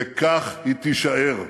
וכך היא תישאר.